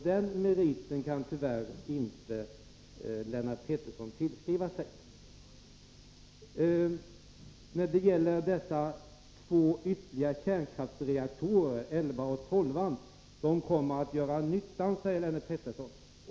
Den meriten kan tyvärr inte Lennart Pettersson tillskriva sig. De två ytterligare kärnkraftsreaktorerna 11 och 12 kommer att göra nytta, säger Lennart Pettersson.